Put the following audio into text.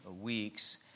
weeks